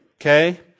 Okay